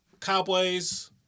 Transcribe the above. Cowboys